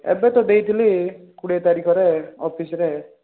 ଏବେ ତ ଦେଇଥିଲି କୋଡ଼ିଏ ତାରିଖରେ ଅଫିସରେ